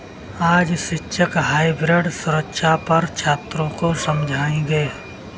आज शिक्षक हाइब्रिड सुरक्षा पर छात्रों को समझाएँगे